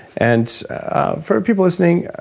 and for people listening,